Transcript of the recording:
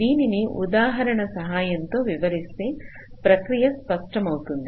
దీనిని ఉదాహరణ సహాయంతో వివరిస్తే ప్రక్రియ స్పష్టమవుతుంది